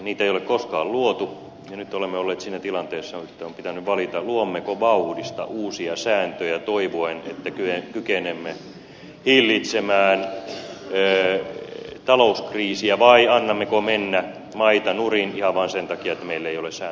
niitä ei ole koskaan luotu ja nyt olemme olleet siinä tilanteessa että on pitänyt valita luommeko vauhdista uusia sääntöjä toivoen että kykenemme hillitsemään talouskriisiä vai annammeko mennä maita nurin ihan vaan sen takia että meillä ei ole sääntöjä